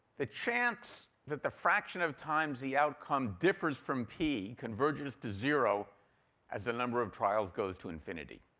the chance that the fraction of times the outcome differs from p converges to zero as the number of trials goes to infinity.